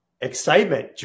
Excitement